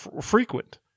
frequent